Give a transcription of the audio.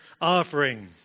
offering